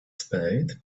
spade